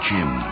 Jim